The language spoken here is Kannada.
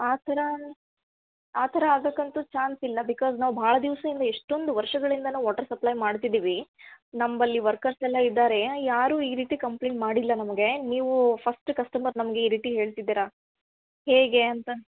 ಆ ಥರ ಆ ಥರ ಆಗಕ್ಕಂತೂ ಚಾನ್ಸ್ ಇಲ್ಲ ಬಿಕೋಸ್ ನಾವು ಭಾಳ ದಿವಸದಿಂದ ಎಷ್ಟೊಂದು ವರ್ಷಗಳಿಂದ ನಾವು ವಾಟ್ರ್ ಸಪ್ಲೈ ಮಾಡ್ತಿದ್ದೀವಿ ನಮ್ಮಲ್ಲಿ ವರ್ಕರ್ಸ್ ಎಲ್ಲ ಇದ್ದಾರೆ ಯಾರೂ ಈ ರೀತಿ ಕಂಪ್ಲೆಂಟ್ ಮಾಡಿಲ್ಲ ನಮಗೆ ನೀವು ಫಸ್ಟ್ ಕಸ್ಟಮರ್ ನಮಗೆ ಈ ರೀತಿ ಹೇಳ್ತಿದ್ದೀರಾ ಹೇಗೆ ಅಂತ